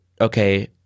okay